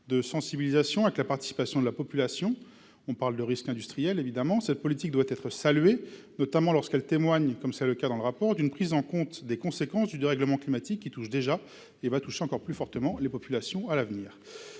de sensibilisation, avec la participation de la population- on parle de risques industriels, évidemment. Cette politique doit être saluée, notamment lorsqu'elle témoigne, comme c'est le cas dans le rapport, d'une prise en compte des conséquences du dérèglement climatique qui touche déjà, et touchera encore plus fortement à l'avenir,